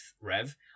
Rev